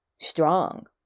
strong